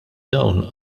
dawn